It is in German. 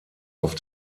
auf